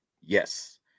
Yes